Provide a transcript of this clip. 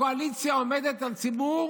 הקואליציה עומדת על ציבור